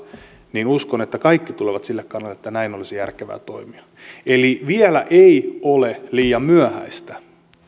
niin uskon että kaikki tulevat sille kannalle että näin olisi järkevää toimia eli vielä ei ole liian myöhäistä